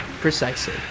Precisely